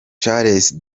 charles